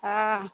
हँ